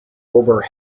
over